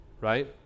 Right